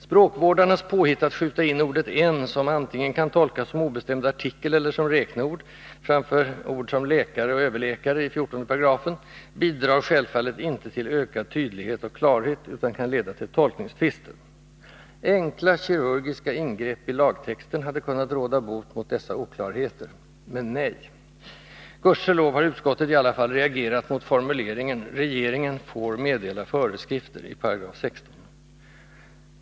Språkvårdarnas påhitt att skjuta in ordet ”en”, som antingen kan tolkas som obestämd artikel eller som räkneord framför ord som ”läkare” och ”överläkare” i 14§, bidrar självfallet inte till ökad tydlighet och klarhet, utan kan leda till tolkningstvister. Enkla kirurgiska ingrepp i lagtexten hade kunnat råda bot mot dessa oklarheter. Men nej. Gudskelov har utskottet i alla fall reagerat mot formuleringen ”regeringen får meddela föreskrifter” i 16 §.